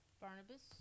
Barnabas